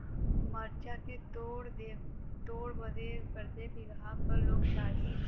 मरचा के तोड़ बदे प्रत्येक बिगहा क लोग चाहिए?